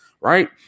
right